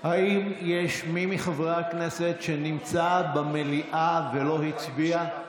האם יש מי מחברי הכנסת שנמצא במליאה ולא להצביע?